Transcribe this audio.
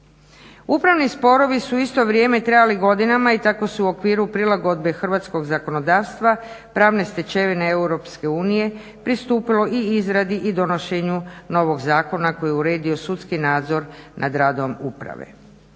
Upravni sporovi su u isto vrijeme trebali godinama i tako su u okviru prilagodbe hrvatskog zakonodavstva pravnoj stečevini Europske unije pristupilo i izradi i donošenju novog zakona koji je uredio sudski nadzor nad radom uprave.